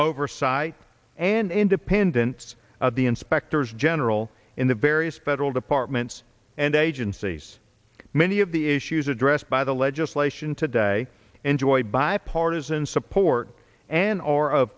oversight and independence of the inspectors general in the various federal departments and agencies many of the issues addressed by the legislation today enjoyed bipartisan some hort an